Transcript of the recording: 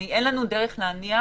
אין לנו דרך להניח